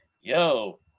Yo